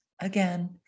again